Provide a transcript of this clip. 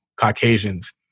Caucasians